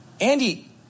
Andy